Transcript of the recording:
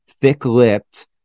thick-lipped